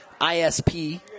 ISP